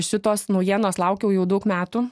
šitos naujienos laukiau jau daug metų